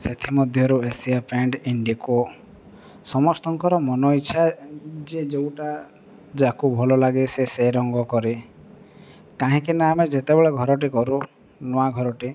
ସେଥିମଧ୍ୟରୁ Asian paint Indigo ସମସ୍ତଙ୍କର ମନ ଇଚ୍ଛା ଯେ ଯୋଉଟା ଯାହାକୁ ଭଲ ଲାଗେ ସେ ସେ ରଙ୍ଗ କରେ କାହିଁକି ନା ଆମେ ଯେତେବେଳେ ଘରଟେ କରୁ ନୂଆ ଘରଟେ